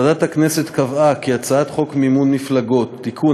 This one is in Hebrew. ועדת הכנסת קבעה כי הצעת חוק מימון מפלגות (תיקון,